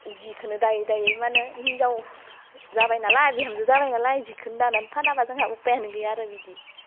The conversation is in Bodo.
जिखोनो दायै दायै माहोनो हिन्जाव जाबाय नालाय बिहामजो जाबाय नालाय जिखोनो दानानै फानाब्ला जोंहा उफायानो गैया आरो बिदि